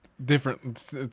different